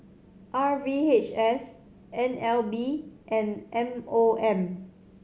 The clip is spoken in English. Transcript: R V H S N L B and M O M